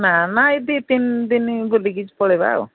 ନା ନା ଏହି ଦୁଇ ତିନି ଦିନ ବୁଲିକି ପଳାଇବା ଆଉ